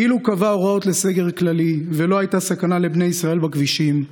אילו קבע הוראות לסגר כללי ולא הייתה סכנה לבני ישראל בכבישים,